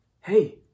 hey